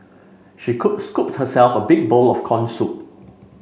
she cook scooped herself a big bowl of corn soup